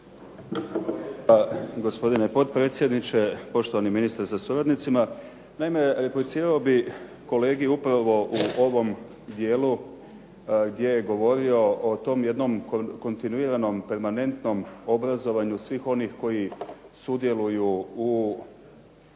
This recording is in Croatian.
(HDZ)** Gospodine potpredsjedniče, poštovani ministre sa suradnicima. Naime, replicirao bih kolegi upravo u ovom dijelu gdje je govorio o tome jednom kontinuiranom, permanentnom obrazovanju svih onih koji sudjeluju u